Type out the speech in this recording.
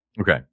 Okay